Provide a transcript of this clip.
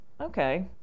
okay